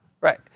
Right